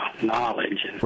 knowledge